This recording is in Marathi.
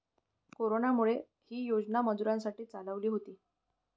कोरोनामुळे, ही योजना मजुरांसाठी चालवली होती